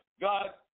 God